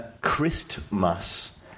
Christmas